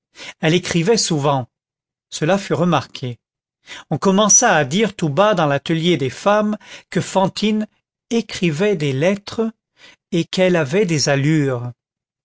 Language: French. elle écrivait souvent cela fut remarqué on commença à dire tout bas dans l'atelier des femmes que fantine écrivait des lettres et qu elle avait des allures